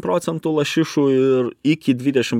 procentų lašišų ir iki dvidešim